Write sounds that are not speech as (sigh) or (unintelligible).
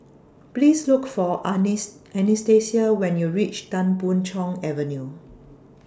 Please Look For (unintelligible) Anastasia when YOU REACH Tan Boon Chong Avenue